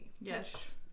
Yes